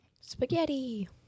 Spaghetti